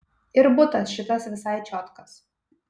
ir butas šitas visai čiotkas